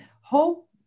hope